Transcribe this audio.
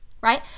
right